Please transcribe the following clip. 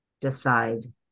decide